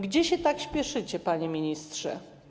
Gdzie się tak spieszycie, panie ministrze?